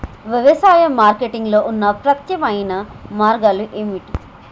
వ్యవసాయ మార్కెటింగ్ లో ఉన్న ప్రత్యామ్నాయ మార్గాలు ఏమిటి?